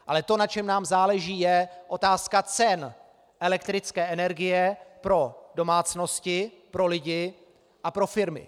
Ale to, na čem nám záleží, je otázka cen elektrické energie pro domácnosti, pro lidi a pro firmy.